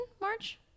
March